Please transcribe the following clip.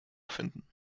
finden